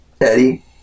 Eddie